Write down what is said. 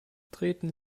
treten